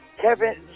Kevin